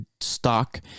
stock